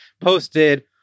posted